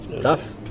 tough